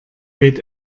weht